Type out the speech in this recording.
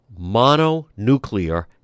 mononuclear